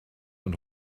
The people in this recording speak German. und